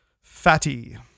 Fatty